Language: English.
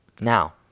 Now